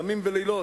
ימים ולילות.